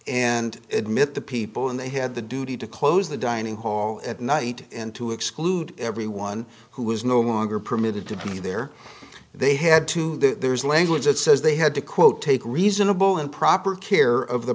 and admit the people and they had the duty to close the dining hall at night and to exclude everyone who was no longer permitted to be there they had to there's language that says they had to quote take reasonable and proper care of the